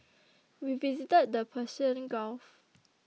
we visited the Persian Gulf